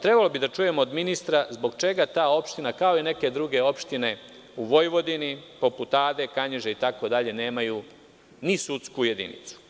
Trebalo bi da čujem od ministra, zbog čega ta opština, kao i neke druge opštine u Vojvodini, poput Ade, Kanjiže, itd, nemaju ni sudsku jedinicu?